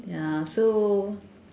ya so